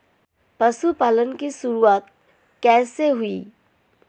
पशुपालन की शुरुआत कैसे हुई?